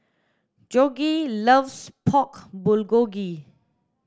Jorge loves Pork Bulgogi